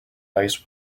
ice